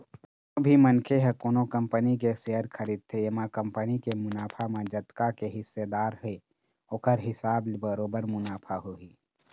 कोनो भी मनखे ह कोनो कंपनी के सेयर खरीदथे एमा कंपनी के मुनाफा म जतका के हिस्सादार हे ओखर हिसाब ले बरोबर मुनाफा होही